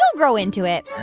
grow into it